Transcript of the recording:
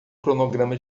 cronograma